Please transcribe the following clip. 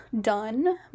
done